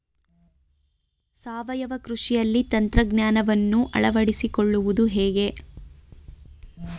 ಸಾವಯವ ಕೃಷಿಯಲ್ಲಿ ತಂತ್ರಜ್ಞಾನವನ್ನು ಅಳವಡಿಸಿಕೊಳ್ಳುವುದು ಹೇಗೆ?